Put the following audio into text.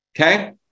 okay